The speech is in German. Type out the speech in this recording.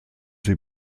sie